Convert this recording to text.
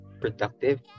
productive